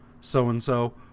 so-and-so